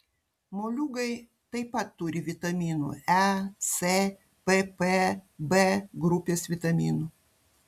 moliūgai taip pat turi vitaminų e c pp b grupės vitaminų